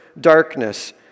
darkness